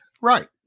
Right